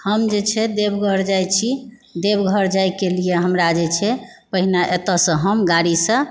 हम जे छै देवघर जाय छी देवघर जायके लिअ हमरा जे छै पहिने एतयसँ हम गाड़ीसँ